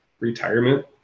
retirement